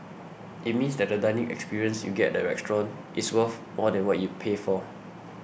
it means that the dining experience you get at the restaurant is worth more than what you pay for